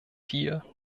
hier